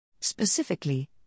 Specifically